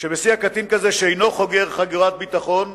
שאינו חוגר חגורת בטיחות,